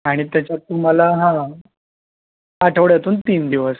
आणि त्याच्यात तुम्हाला हा आठवड्यातून तीन दिवस